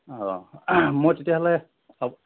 অঁ মই তেতিয়াহ'লে